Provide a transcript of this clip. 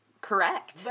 correct